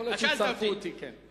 יכול להיות שיצרפו אותי, כן.